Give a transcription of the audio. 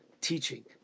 teaching